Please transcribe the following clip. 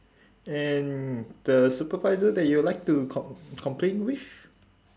and the supervisor that you would like to com~ complain with